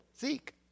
Zeke